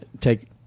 take